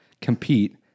compete